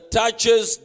touches